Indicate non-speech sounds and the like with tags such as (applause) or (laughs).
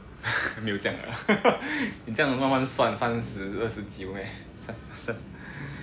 没有这样的啦 (laughs) 你这样慢慢算三十二十九 meh